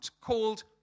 called